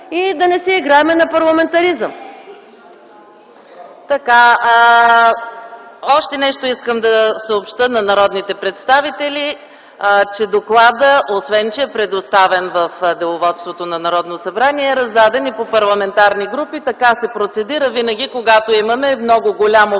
и да не си играем на парламентаризъм?! ПРЕДСЕДАТЕЛ ЕКАТЕРИНА МИХАЙЛОВА: Още нещо искам да съобщя на народните представители, че докладът, освен че е предоставен в Деловодството на Народното събрание, е раздаден и по парламентарни групи. Така се процедира винаги, когато имаме много голям